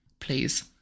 please